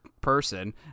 person